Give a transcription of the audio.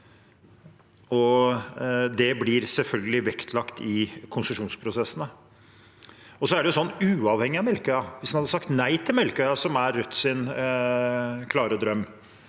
det blir selvfølgelig vektlagt i konsesjonsprosessene. Uavhengig av Melkøya, hvis man hadde sagt nei til Melkøya, som er Rødts klare drøm,